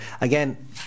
Again